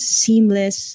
seamless